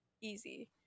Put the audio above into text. Easy